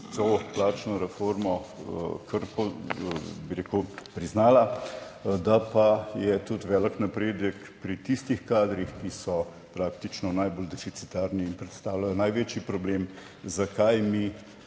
to plačno reformo kar priznala, da pa je tudi velik napredek pri tistih kadrih, ki so praktično najbolj deficitarni in predstavljajo največji problem. Zakaj mi